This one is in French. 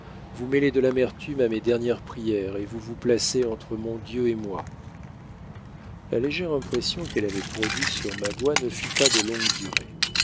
vous mêlez de l'amertume à mes dernières prières el vous vous placez entre mon dieu et moi la légère impression qu'elle avait produite sur magua ne fut pas de longue durée